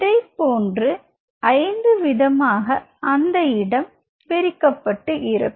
இதைப்போன்று ஐந்து விதமாக அந்த இடம் பிரிக்கப்பட்டு இருக்கும்